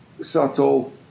subtle